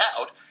out